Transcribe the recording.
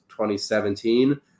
2017